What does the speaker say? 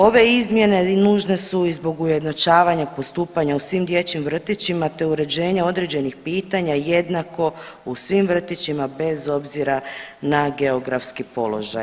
Ove izmjene nužne su i zbog ujednačavanja postupanja u svim dječjim vrtićima, te uređenja određenih pitanja jednako u svim vrtićima bez obzira na geografski položaj.